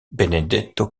benedetto